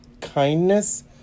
kindness